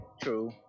True